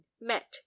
met